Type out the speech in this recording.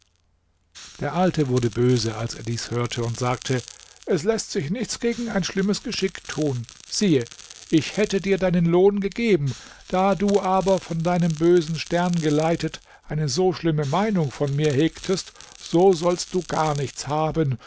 der alte wurde böse als er dies hörte und sagte es läßt sich nichts gegen ein schlimmes geschick tun siehe ich hätte dir deinen lohn gegeben da du aber von deinem bösen stern geleitet eine so schlimme meinung von mir hegtest so sollst du gar nichts haben